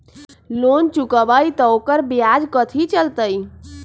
Loan चुकबई त ओकर ब्याज कथि चलतई?